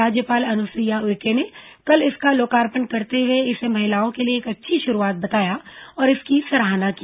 राज्यपाल अनुसुईया उइके ने कल इसका लोकार्पण करते हुए इसे महिलाओं के लिए एक अच्छी शुरूआत बताया और इसकी सराहना की